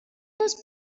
those